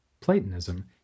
Platonism